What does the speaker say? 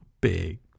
big